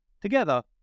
Together